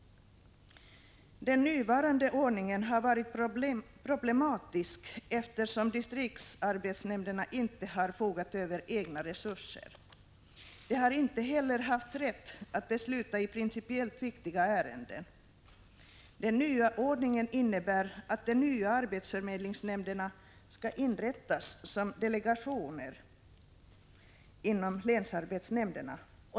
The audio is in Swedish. Den nuvarande ordningen har varit problematisk, eftersom distriktsarbetsnämnderna inte har fogat över egna resurser. De har inte heller haft rätt att besluta i principiellt viktiga ärenden. Den nya ordningen innebär att de nya arbetsförmedlingsnämnderna skall inrättas som delegationer inom länsarbetsnämnderna.